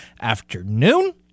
afternoon